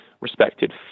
respected